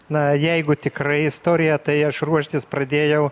na jeigu tikra istorija tai aš ruoštis pradėjau